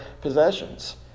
possessions